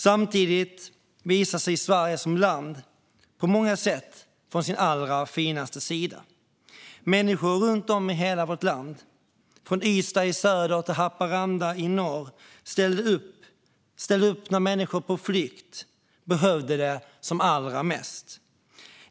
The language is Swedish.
Samtidigt visade sig Sverige som land på många sätt från sin allra finaste sida. Människor runt om i hela vårt land, från Ystad i söder till Haparanda i norr, ställde upp när människor på flykt behövde det som allra mest.